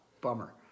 Bummer